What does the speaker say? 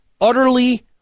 Utterly